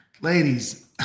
Ladies